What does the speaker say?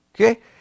Okay